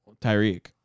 Tyreek